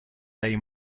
dai